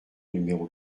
numéro